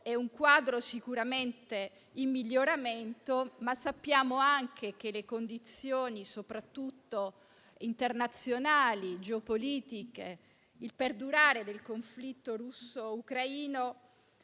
economico è sicuramente in miglioramento, ma sappiamo anche che le condizioni geopolitiche internazionali e il perdurare del conflitto russo-ucraino